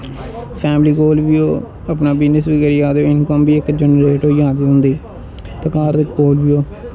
family कोल बी अपनी बिजनस बी करी जा दे ओ इनकम बी इक जनरेट होई जा दी होंदी दकान दे उप्पर